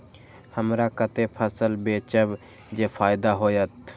हमरा कते फसल बेचब जे फायदा होयत?